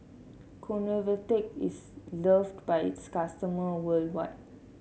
Convatec is loved by its customer worldwide